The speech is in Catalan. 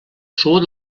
suor